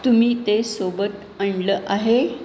तुम्ही ते सोबत आणलं आहे